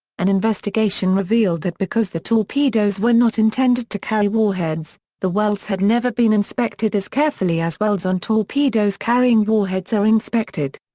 an investigation revealed that because the torpedoes were not intended to carry warheads, the welds had never been inspected as carefully as welds on torpedoes carrying warheads are inspected.